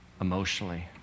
emotionally